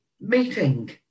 meeting